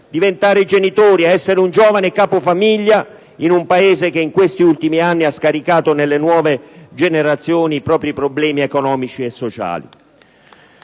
diventare genitori, essere un giovane capofamiglia, in un Paese che negli ultimi anni ha scaricato sulle nuove generazioni i propri problemi economici e sociali.